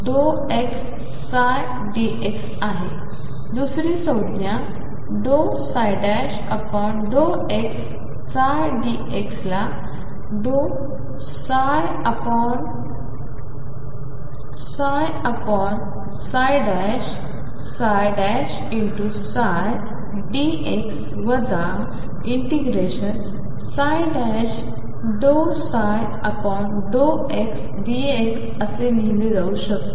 दुसरी संज्ञा ∂xψdx ला ∫∂xdx ∫∂ψ∂xdx असे लिहिले जाऊ शकते